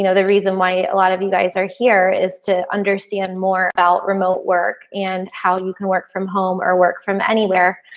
you know the reason why a lot of you guys are here is to understand more about remote work and how and you can work from home or work from anywhere.